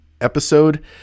episode